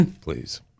Please